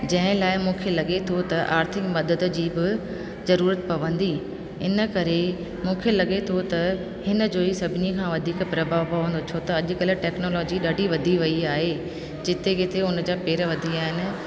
जंहिं लाइ मूंखे लॻे थो त आर्थिक मदद जी बि ज़रूरत पवंदी इन करे मूंखे लॻे थो त हिन जो ई सभिनी खां वधीक प्रभाव पवंदो छो त अॼु टेक्नोलॉजी ॾाढी वधी वई आहे जिते किथे उन जा पैर वधी विया आहिनि